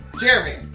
Jeremy